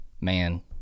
man